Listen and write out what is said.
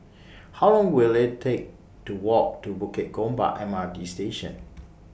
How Long Will IT Take to Walk to Bukit Gombak M R T Station